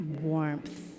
warmth